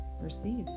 receive